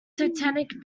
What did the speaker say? teutonic